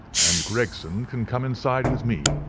and gregson can come inside with me.